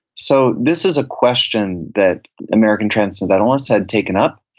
so this is a question that american transcendentalists had taken up,